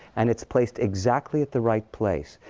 and it's placed exactly at the right place.